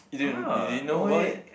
you didn't you didn't know about it